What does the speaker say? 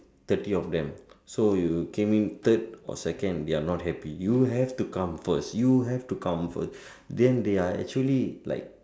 thirty of them so you came in third or second they're not happy you have to come first you have to come first then they're actually like